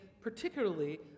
particularly